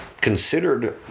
considered